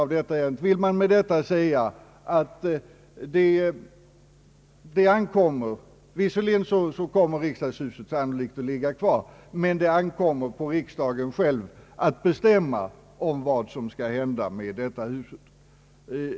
Vill man med detta säga att riksdagshuset sannolikt kommer att ligga kvar men att det ankommer på riksdagen själv att bestämma vad som skall hända med detta hus?